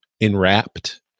enwrapped